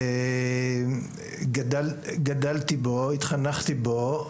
וגדלתי בו,